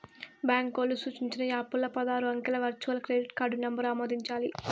బాంకోల్లు సూచించిన యాపుల్ల పదారు అంకెల వర్చువల్ క్రెడిట్ కార్డు నంబరు ఆమోదించాలి